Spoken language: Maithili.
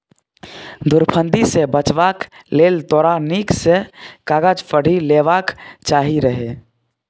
धुरफंदी सँ बचबाक लेल तोरा नीक सँ कागज पढ़ि लेबाक चाही रहय